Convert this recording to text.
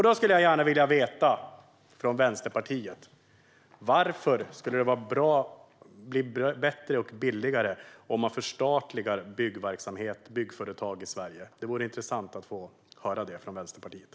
Då skulle jag gärna vilja fråga Vänsterpartiet: Varför skulle det bli bättre och billigare om man förstatligade byggverksamhet och byggföretag i Sverige? Det vore intressant att få höra det från Vänsterpartiet.